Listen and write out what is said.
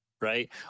Right